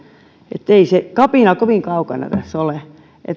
ei se kapina kovin kaukana tässä ole